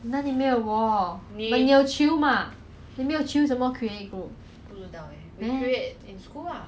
oh ya oh ya ya correct